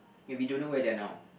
and we don't know where they're now